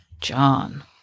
John